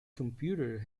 computer